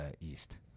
East